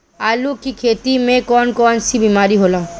आलू की खेती में कौन कौन सी बीमारी होला?